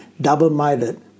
double-minded